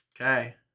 Okay